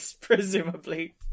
Presumably